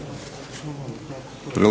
Hvala.